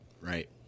Right